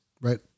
right